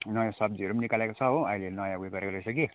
नयाँ सब्जीहरू पनि निकालेको छ हो अहिले नयाँ उयो गरेको रहेछ कि